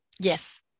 Yes